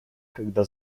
когда